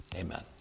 amen